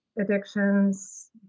addictions